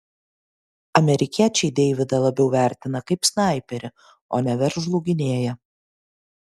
amerikiečiai deividą labiau vertina kaip snaiperį o ne veržlų gynėją